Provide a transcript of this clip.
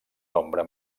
nombre